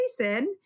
Jason